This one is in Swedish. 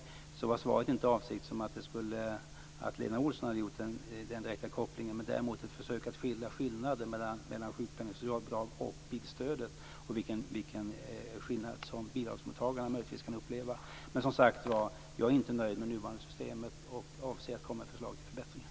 Avsikten med mitt svar var inte att säga att Lena Olsson hade gjort den direkta kopplingen. Avsikten var att försöka skildra skillnaden mellan å ena sidan sjukpenning och socialbidrag och å andra sidan bilstödet samt den skillnad som bidragsmottagarna möjligtvis kan uppleva. Men som sagt: Jag är inte nöjd med nuvarande system och avser att komma med förslag till förbättringar.